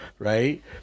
right